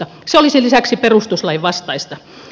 se olisi lisäksi perustuslain vastaista